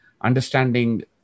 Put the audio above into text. understanding